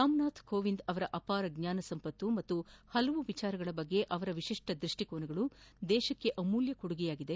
ರಾಮನಾಥ್ ಕೋವಿಂದ್ ಅವರ ಅಪಾರ ಜ್ಞಾನ ಸಂಪತ್ತು ಹಾಗೂ ಪಲವು ವಿಷಯಗಳ ಬಗ್ಗೆ ಅವರ ವಿಶಿಷ್ಠ ದೃಷ್ಠಿಕೋನಗಳು ದೇಶಕ್ಕೆ ಅಮೂಲ್ಯ ಕೊಡುಗೆಯಾಗಿದೆ